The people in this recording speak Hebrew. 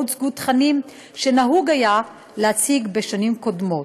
הוצגו תכנים שנהוג היה להציג בשנים קודמות.